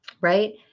right